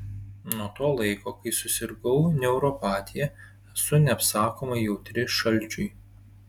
nuo to laiko kai susirgau neuropatija esu neapsakomai jautri šalčiui